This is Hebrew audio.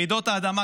רעידות האדמה,